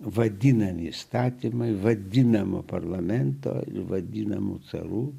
vadinamieji įstatymai vadinamo parlamento ir vadinamų carų